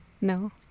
No